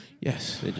Yes